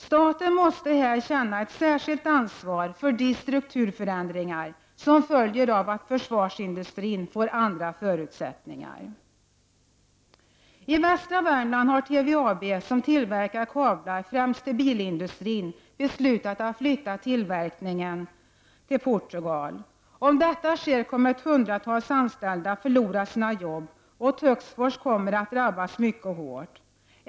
Staten måste här känna ett särskilt ansvar för de strukturförändringar som följer av att försvarsindustrin får andra förutsättningar. I västra Värmland har TVAB, som tillverkar kablar främst till bilindustrin, beslutat att flytta tillverkningen till Portugal. Om det sker kommer ett hundratal anställda att förlora sina jobb, och Töcksfors kommer att drabbas mycket hårt.